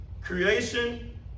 Creation